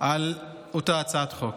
על אותה הצעת חוק.